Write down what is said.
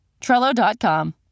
Trello.com